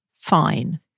fine